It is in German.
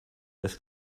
dass